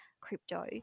crypto